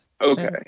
okay